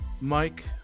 Mike